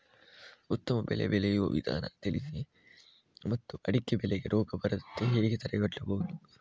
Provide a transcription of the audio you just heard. ಉತ್ತಮ ಬೆಳೆ ಬೆಳೆಯುವ ವಿಧಾನ ತಿಳಿಸಿ ಮತ್ತು ಅಡಿಕೆ ಬೆಳೆಗೆ ರೋಗ ಬರದಂತೆ ಹೇಗೆ ತಡೆಗಟ್ಟಬಹುದು?